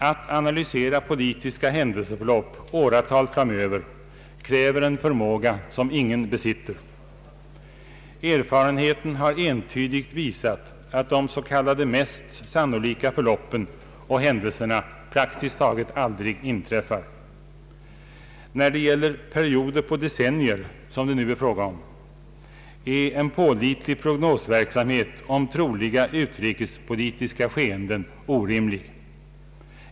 Att analysera politiska hän delseförlopp åratal framöver kräver en förmåga som ingen besitter. Erfarenheten har entydigt visat att de s.k. mest sannolika förloppen och händelserna praktiskt taget aldrig inträffar. När det gäller perioder på decennier, som det nu är fråga om, är en pålitlig pPrognosverksamhet om troliga utrikespolitiska skeenden orimlig.